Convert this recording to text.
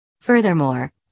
Furthermore